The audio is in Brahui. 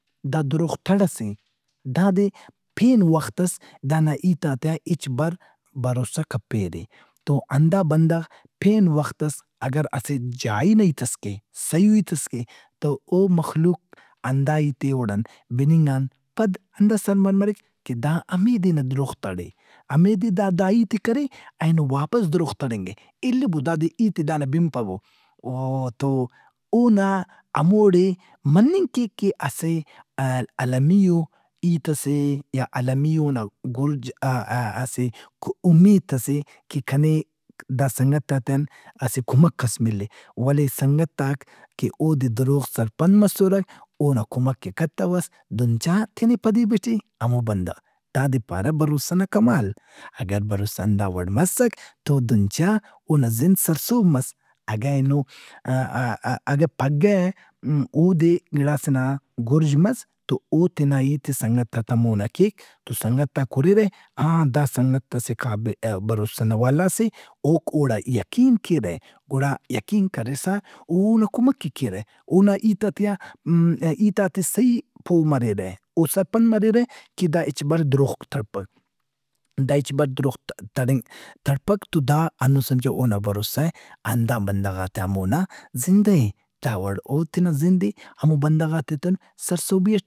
دا دروغ تڑئس اے۔ دادے پین وختس دانا ہیتاتے آ ہچ بر بھروسہ کپیرہِ۔ تو ہندا بندغ پین وختس اگراسہ جائی نا ہیتس کے صحیحیئو ہیتس کے تو او مخلوق ہندا ہیت ئے اوڑان بننگ ان پد ہندا سرپند مریک کہ دا ہمے دے نا دروغ تڑ اے۔ ہمے دے دا داہیت ئے کرے، اینو واپس دروغ تڑِنگ اے۔ الِّبودادے ہیت ئے دانا بنپبو آ- تو اونا ہموڑے مننگ کیک کہ اسہ المیئوہیت ئس اے یا المیئو اونا گرج آ-آ-آ- اسہ اُمیت ئس اے کہ کنے داسنگتاتے آن اسہ کمک ئس ملّہِ۔ ولے سنگتاک اودے دروغ سرپند مسرک، اونا کمک ئے کتوس دہن چا تینے پدی بٹےہمو بندغ۔ دادے بھروسہ نا کمال۔ اگر بھروسہ ہندوڑ مس تو دہن چا اونا زند سرسہب مس۔ اگہ اینو ا-ا-ا- اگہ پھگہ گڑاسے نا گُرج مس تو اوتینا ہیت ئے سنگتات آ مونا کیک تو سنگتاک ہُرِرہ ہاں دا سنگت ئس اے بھروسہ نا والاس اے۔ اوک اوڑا یقین کیرہ۔ گُڑایقین کرسہ او، اونا کمک ئے کیرہ۔ اونا ہیتاتے آ م- ہیتات ئے صحیح پو مریرہ۔ او سرپند مریرہ کہ داہچ بر دروغ تڑپک۔ داہچ بر دروغ تہ- تڑنگ تڑپک تو دا ہنُّن سمجھہ اونا بھروسہ ئے ہندا بندغات آ مونا زندہ اے۔ ہمو بندغاتے تون سرسہبی اٹ۔